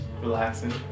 relaxing